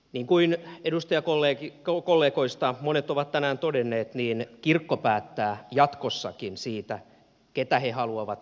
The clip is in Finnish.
niin kuin edustajakollegoista monet ovat tänään todenneet kirkko päättää jatkossakin siitä keitä he haluavat vihkiä